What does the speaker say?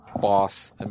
boss